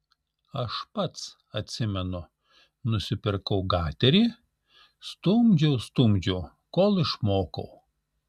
aš pats atsimenu nusipirkau gaterį stumdžiau stumdžiau kol išmokau